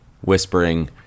whispering